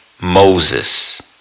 Moses